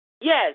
Yes